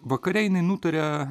vakare jinai nutarė